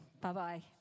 Bye-bye